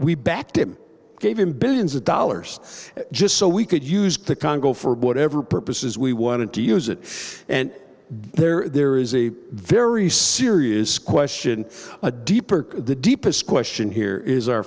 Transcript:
we backed him gave him billions of dollars just so we could use the congo for whatever purposes we wanted to use it and there is a very serious question a deeper the deepest question here is our